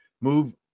move